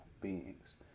beings